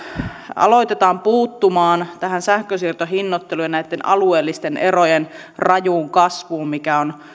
aloitetaan puuttumaan tähän sähkönsiirtohinnoitteluun ja näitten alueellisten erojen rajuun kasvuun mikä on